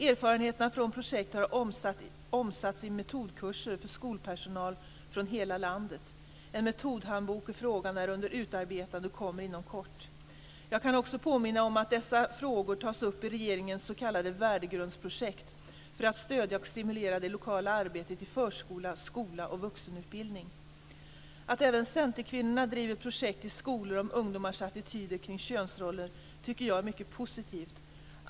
Erfarenheterna från projektet har omsatts i metodkurser för skolpersonal från hela landet. En metodhandbok i frågan är under utarbetande och kommer inom kort. Jag kan också påminna om att dessa frågor tas upp i regeringens s.k. värdegrundsprojekt för att stödja och stimulera det lokala arbetet i förskola, skola och vuxenutbildning. Att även centerkvinnorna driver projekt i skolor om ungdomars attityder kring könsroller tycker jag är mycket positivt.